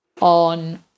on